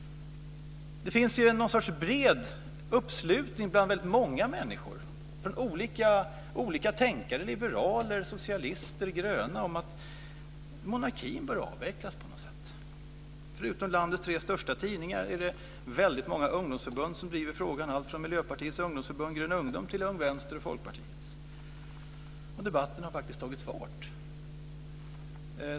Det finns en sorts bred uppslutning bland många människor från olika tänkande; liberaler, socialister och gröna om att monarkin bör avvecklas på något sätt. Utöver landets tre största tidningar är det många ungdomsförbund som driver frågan - allt från Miljöpartiets ungdomsförbund Grön Ungdom till Ung Vänster och Folkpartiets ungdomsförbund. Debatten har tagit fart.